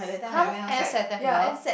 [huh] end September